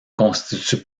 constitue